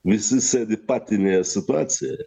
visi sėdi patinėje situacijoje